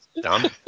Dumb